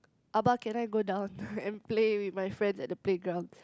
abah can I go down and play with my friends at the playground